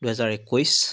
দুহেজাৰ একৈছ